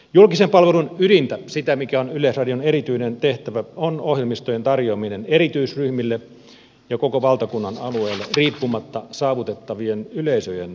julkisen palvelun ydintä sitä mikä on yleisradion erityinen tehtävä on ohjelmistojen tarjoaminen erityisryhmille ja koko valtakunnan alueelle riippumatta saavutettavien yleisöjen määristä